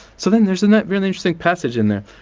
so then there's a really interesting passage in there.